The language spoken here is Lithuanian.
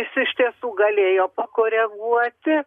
jis iš tiesų galėjo pakoreguoti